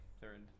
third